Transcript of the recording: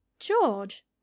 George